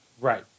Right